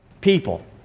People